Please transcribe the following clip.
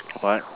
what